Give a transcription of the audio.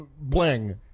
bling